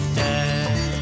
dead